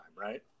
right